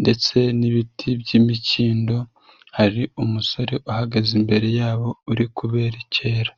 ndetse n'ibiti by'imikindo hari umusore uhagaze imbere yabo uri kuberekera.